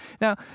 Now